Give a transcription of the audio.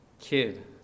kid